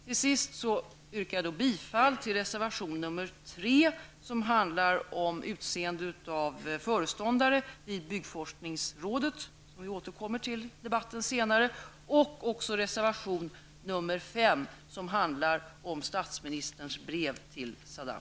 Till sist yrkar jag bifall till reservation 3, som handlar om utseende av föreståndare vid byggforskningsrådet -- vi återkommer till den senare i debatten -- och till reservation 5, som handlar om statsministerns brev till Saddam